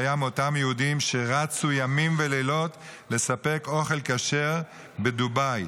שהיה מאותם יהודים שרצו ימים ולילות לספק אוכל כשר בדובאי.